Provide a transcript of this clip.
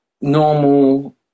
normal